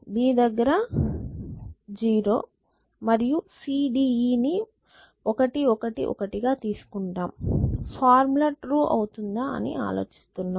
b దగ్గర 0 మరియు c d e ని 1 1 1 గా తీసుకుంటే ఫార్ములా ట్రూ అవుతుందా అని ఆలోచిస్తున్నాం